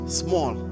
small